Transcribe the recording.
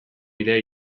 bidea